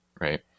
right